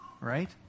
Right